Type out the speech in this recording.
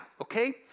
okay